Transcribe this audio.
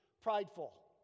prideful